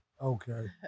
Okay